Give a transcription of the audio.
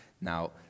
Now